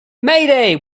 mayday